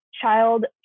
child